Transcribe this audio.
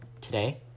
today